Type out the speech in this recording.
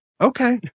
Okay